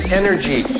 energy